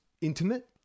intimate